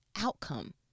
outcome